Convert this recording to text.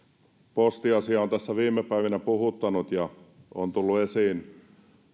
postiasia on tässä viime päivinä puhuttanut ja on tullut esiin